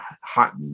hot